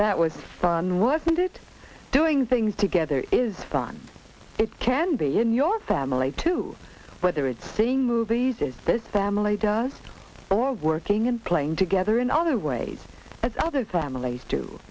that was on work and it doing things together is fun it can be in your family too whether it's seeing movies is this family does or working and playing together in other ways as other families do